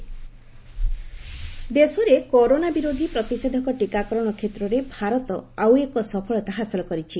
vaccination ଦେଶରେ corona ବିରୋଧୀ ପ୍ରତିଷେଧକ ଟିକାକରଣ କ୍ଷେତ୍ରରେ ଭାରତ ଆଉ ଏକ ସଫଳତା ହାସଲ କରିଛି